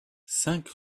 cinq